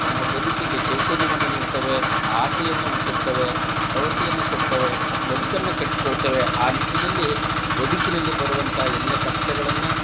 ನಮ್ಮ ಬದುಕಿಗೆ ಚೈತನ್ಯವನ್ನು ನೀಡ್ತವೆ ಆಸೆಯನ್ನು ಹುಟ್ಟಿಸ್ತವೆ ಭರವಸೆಯನ್ನ ಕೊಡ್ತವೆ ಬದುಕನ್ನು ಕಟ್ಟಿಕೊಳ್ತವೆ ಆ ನಿಟ್ಟಿನಲ್ಲಿ ಬದುಕಿನಲ್ಲಿ ಬರುವಂತಹ ಎಲ್ಲ ಕಷ್ಟಗಳನ್ನು